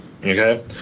okay